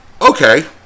okay